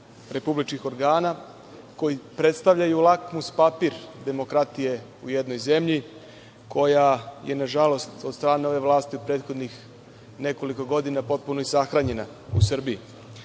republičkih organa, koji predstavljaju lakmus papir demokratije u jednoj zemlji koja je, nažalost, od strane ove vlasti u prethodnih nekoliko godina i potpuno sahranjena u